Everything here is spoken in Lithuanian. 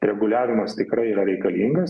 reguliavimas tikrai yra reikalingas